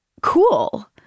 Cool